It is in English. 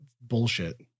Bullshit